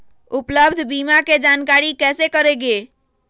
उपलब्ध बीमा के जानकारी कैसे करेगे?